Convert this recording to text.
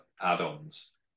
add-ons